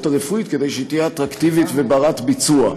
הרפואית כדי שהיא תהיה אטרקטיבית ובת-ביצוע.